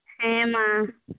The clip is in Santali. ᱦᱮᱸ ᱢᱟ